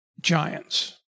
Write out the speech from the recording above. giants